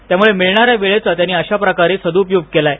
त्यामुळे मिळणाऱ्या वेळेचा त्यांनी अशाप्रकारे सदुपयोग केला आहे